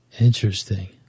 Interesting